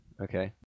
Okay